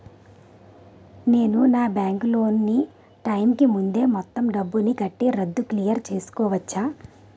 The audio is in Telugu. నేను నా బ్యాంక్ లోన్ నీ టైం కీ ముందే మొత్తం డబ్బుని కట్టి రద్దు క్లియర్ చేసుకోవచ్చా?